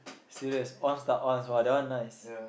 serious one start one !wah! that one nice